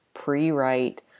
pre-write